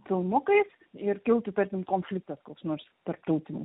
filmukais ir kiltų tarkim konfliktas koks nors tarptautinis